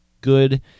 Good